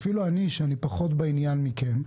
אפילו אני שאני פחות בעניין מכם,